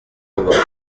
kubaka